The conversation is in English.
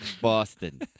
Boston